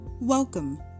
Welcome